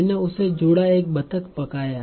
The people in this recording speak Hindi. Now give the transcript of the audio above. मैंने उससे जुड़ा एक बतख पकाया